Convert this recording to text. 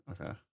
Okay